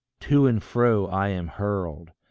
to and fro i am hurled.